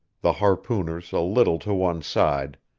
the harpooners a little to one side